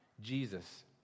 Jesus